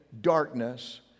darkness